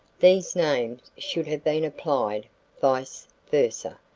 these names should have been applied vice versa,